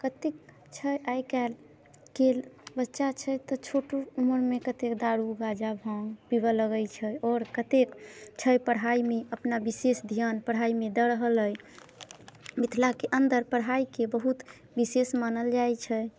कतेक छै आइ काल्हिके बच्चा छथि जे छोटो उमरमे कतेक दारू गाँजा भाँग पीबऽ लगै छै आओर कतेक छै पढ़ाइमे अपना विशेष ध्यान पढ़ाइमे दऽ रहल अइ मिथिलाके अन्दर पढ़ाइके बहुत विशेष मानल जाइ छै